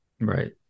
Right